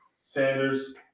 Sanders